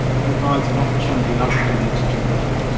and provides an opportunity afterwards to reflect.